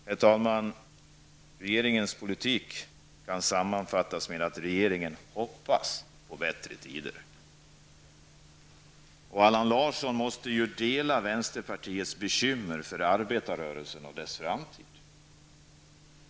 Herr talman! Regeringens politik kan sammanfattas med att regeringen hoppas på bättre tider. Allan Larsson måste naturligtvis dela vänsterpartiets bekymmer för arbetarrörelsen och dess framtid.